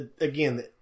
again